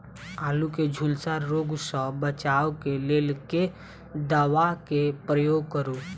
आलु केँ झुलसा रोग सऽ बचाब केँ लेल केँ दवा केँ प्रयोग करू?